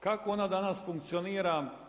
Kako ona danas funkcionira?